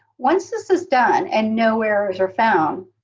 once this is done and no errors are found,